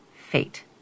fate